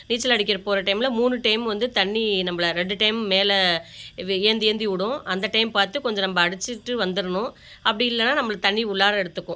நீச்சல் அடிக்கிற போகிற டைமில் மூணு டைம் வந்து தண்ணி நம்பளை ரெண்டு டைம் மேலே வே ஏந்தி ஏந்தி விடும் அந்த டைம் பார்த்து கொஞ்சம் நம்ப அடிச்சுட்டு வந்துடணும் அப்படி இல்லைன்னா நம்பளை தண்ணி உள்ளாரே எடுத்துக்கும்